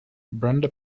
brenda